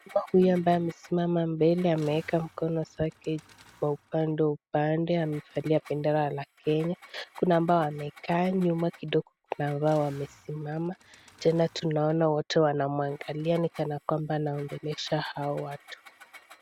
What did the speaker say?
Mama uyu ambaye amesimama mbele ameeka mikono zake kwa upande upande amevalia bendera la kenya, kuna amabo wamekaa nyuma kidogo na kuna ambao wamesimama tena tunaona wote wanamuangalia ni kana kwamba anaongelesha ao watu.